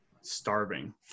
starving